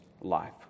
life